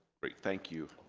great. thank you.